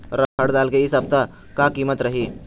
रहड़ दाल के इ सप्ता का कीमत रही?